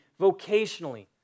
vocationally